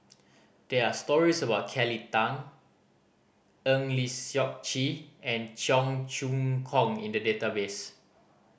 there are stories about Kelly Tang Eng Lee Seok Chee and Cheong Choong Kong in the database